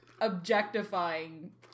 objectifying